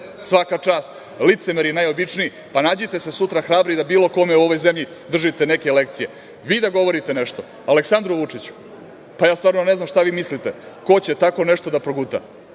čast, licemeri najobičniji! Pa, nađite se sutra hrabri da bilo kome u ovoj zemlji držite neke lekcije. Vi da govorite nešto Aleksandru Vučiću? Pa, ja stvarno ne znam šta vi mislite, ko će tako nešto da proguta?